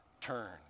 turn